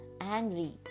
angry